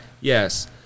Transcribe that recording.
Yes